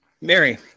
Mary